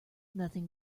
nothing